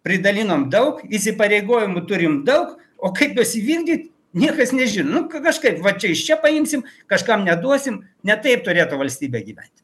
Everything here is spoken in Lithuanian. pridalinom daug įsipareigojimų turim daug o kaip juos įvykdyt niekas nežino nu kažkaip vat čia iš čia paimsim kažkam neduosim ne taip turėtų valstybė gyventi